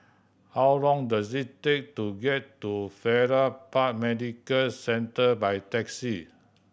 how long does it take to get to Farrer Park Medical Centre by taxi